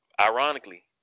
Ironically